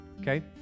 Okay